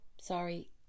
sorry